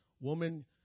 Woman